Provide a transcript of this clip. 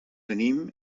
tenim